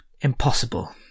impossible